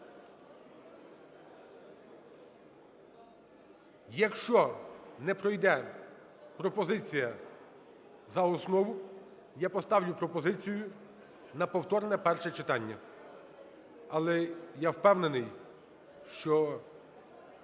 Якщо не пройде пропозиція за основу, я поставлю пропозицію на повторне перше читання. Але я впевнений, що